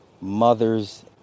mother's